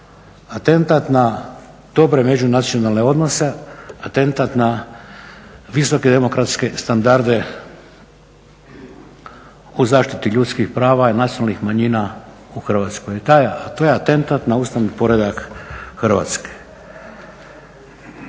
atentat na dobre međunacionalne odnose, atentat na visoke demokratske standarde u zaštiti ljudskih prava i nacionalnih manjina u Hrvatskoj. To je atentat na ustavni poredak Hrvatske.